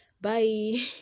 bye